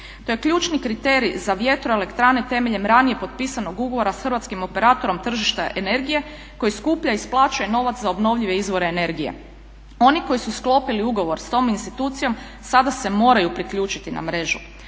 To je ključni kriterij za vjetroelektrane temeljem ranije potpisanog ugovora s hrvatskim operatorom tržišta energije koji … i isplaćuje novac za obnovljive izvore energije. Oni koji su sklopili ugovor s tom institucijom sada se moraju priključiti na mrežu.